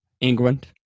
England